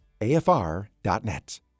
AFR.net